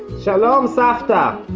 shalom savta!